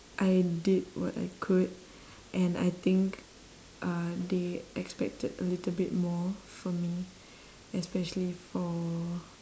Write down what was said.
I did what I could and I think uh they expected a little bit more from me especially for